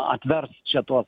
atvers čia tuos